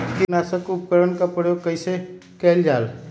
किटनाशक उपकरन का प्रयोग कइसे कियल जाल?